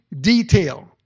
detail